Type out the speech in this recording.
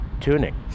tuning